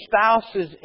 spouse's